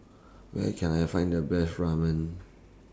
Where Can I Find The Best Ramen